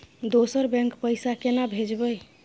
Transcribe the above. दोसर बैंक पैसा केना भेजबै?